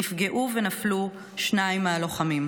נפגעו ונפלו שניים מהלוחמים,